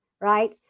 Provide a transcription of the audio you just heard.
right